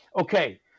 Okay